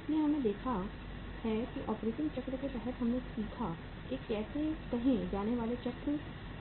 इसलिए हमने ऑपरेटिंग चक्र के तहत सीखा कि कैसे कहे जाने वाले चक्र